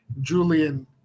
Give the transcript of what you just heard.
Julian